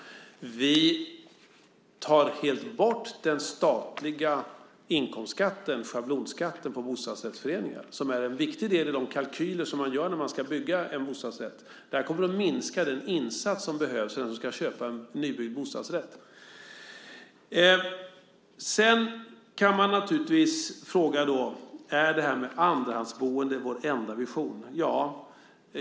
Vi tar helt bort den statliga inkomstskatten, schablonskatten, på bostadsrättsföreningar. Den är en viktig del i de kalkyler som man gör när man ska bygga en bostadsrätt. Det kommer att minska den insats som behövs för den som ska köpa en nybyggd bostadsrätt. Man kan naturligtvis fråga: Är det här med andrahandsboende vår enda vision?